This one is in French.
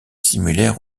similaire